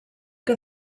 que